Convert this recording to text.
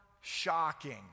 shocking